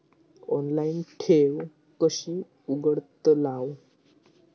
Online ठेव कशी उघडतलाव?